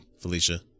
Felicia